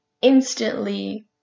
instantly